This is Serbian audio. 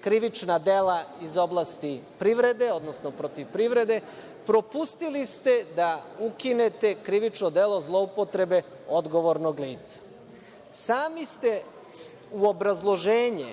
krivična dela iz oblasti privrede, odnosno protiv privrede, propustili ste da ukinete krivično delo zloupotrebe odgovornog lica. Sami ste u obrazloženje